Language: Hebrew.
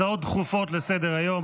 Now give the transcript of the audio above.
הצעות דחופות לסדר-היום.